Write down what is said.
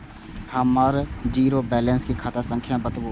हमर zero balance के खाता संख्या बतबु?